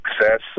success